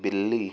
बिल्ली